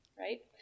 right